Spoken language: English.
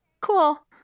Cool